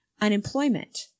unemployment